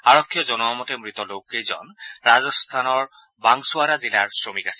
আৰক্ষীয়ে জনোৱা মতে মৃত লোককেইজন ৰাজস্থানৰ বাংছোৱাৰা জিলাৰ শ্ৰমিক আছিল